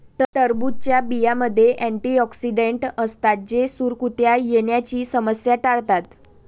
टरबूजच्या बियांमध्ये अँटिऑक्सिडेंट असतात जे सुरकुत्या येण्याची समस्या टाळतात